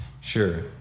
Sure